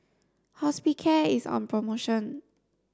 hospicare is on promotion